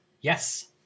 yes